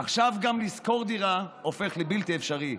עכשיו גם לשכור דירה הופך לבלתי אפשרי.